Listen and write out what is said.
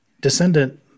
descendant